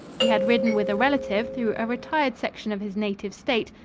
he had ridden with a relative through a retired section of his native state,